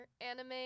anime